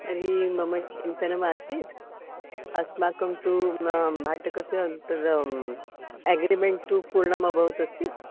तर्हि मम चिन्तनमासीत् अस्माकं तु भाटकस्य तत् एग्रिमेण्ट् तु पूर्णमभवत् अस्ति